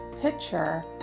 picture